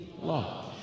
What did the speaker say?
law